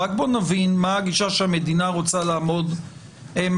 אבל בוא נבין מה הגישה שהמדינה רוצה לעמוד מאחוריה.